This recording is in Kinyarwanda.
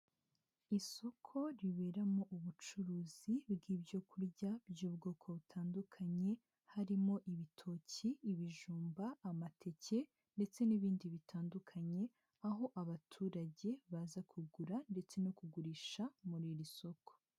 Isoko riberamo ubucuruzi bw'ibyo kurya by'ubwoko butandukanye harimo ibitoki, ibijumba, amateke ndetse n'ibindi bitandukanye, aho abaturage baza kugura ndetse no kugurisha muri iri soko.